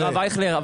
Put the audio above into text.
הרב אייכלר,